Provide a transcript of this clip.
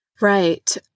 Right